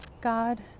god